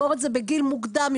אם יש הבחנה בין שני המושגים.